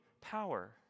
power